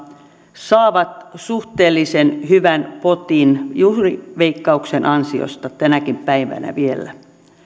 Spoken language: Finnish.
saavat suhteellisen hyvän potin juuri veikkauksen ansiosta vielä tänäkin päivänä